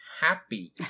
happy